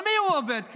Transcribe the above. על מי הוא עובד כאן?